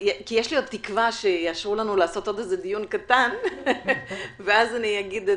כי יש לי עוד תקווה שיאשרו לנו לעשות עוד דיון קטן ואז אגיד.